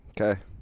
Okay